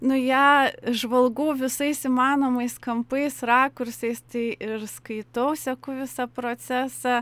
nu ją žvalgau visais įmanomais kampais rakursais tai ir skaitau seku visą procesą